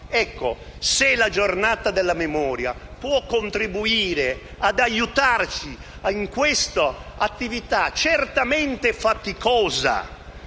sono. La giornata della memoria può contribuire ad aiutarci in questa attività, certamente faticosa,